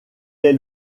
est